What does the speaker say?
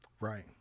Right